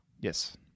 Yes